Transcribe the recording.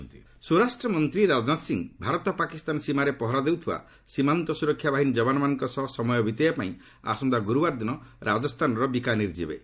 ଦଶହରା ରାଜନାଥ ସ୍ୱରାଷ୍ଟ୍ର ମନ୍ତ୍ରୀ ରାଜନାଥ ସିଂ ଭାରତ ପାକିସ୍ତାନ ସୀମାରେ ପହରା ଦେଉଥିବା ସୀମାନ୍ତ ସୁରକ୍ଷା ବାହିନୀ ଯବାନମାନଙ୍କ ସହ ସମୟ ବିତାଇବାପାଇଁ ଆସନ୍ତା ଗ୍ରର୍ତ୍ତବାର ଦିନ ରାଜସ୍ଥାନର ବିକାନିର୍ ଯିବେ